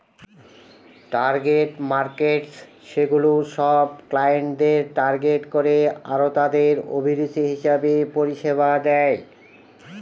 target markets সেগুলা সব ক্লায়েন্টদের টার্গেট করে আরতাদের অভিরুচি হিসেবে পরিষেবা দেয়